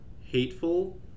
hateful